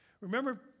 Remember